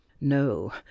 No